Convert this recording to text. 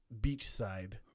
beachside